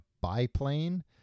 biplane